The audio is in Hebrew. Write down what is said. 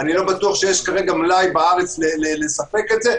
אני לא בטוח שיש כרגע מלאי בארץ לספק את זה.